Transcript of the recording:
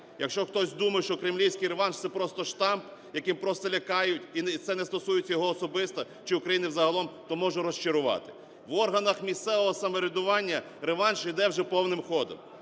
Якщо хтось думає, що кремлівський реванш – це просто штам, яким просто лякають, і це не стосується його особисто чи України загалом, то можу розчарувати. В органах місцевого самоврядування реванш іде вже повним ходом.